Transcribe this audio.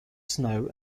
snow